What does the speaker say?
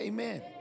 Amen